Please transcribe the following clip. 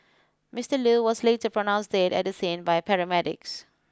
Mister Loo was later pronounced dead at the scene by paramedics